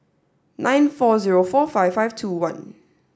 nine four zero four five five two one